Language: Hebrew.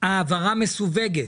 העברה מסווגות,